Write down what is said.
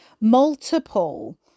multiple